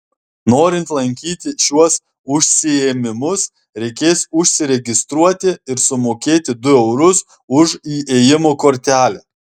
norint lankyti šiuos užsiėmimus reikės užsiregistruoti ir sumokėti du eurus už įėjimo kortelę